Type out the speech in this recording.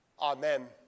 Amen